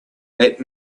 let